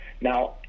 Now